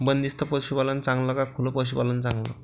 बंदिस्त पशूपालन चांगलं का खुलं पशूपालन चांगलं?